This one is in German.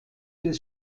des